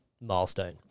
milestone